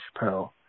Chappelle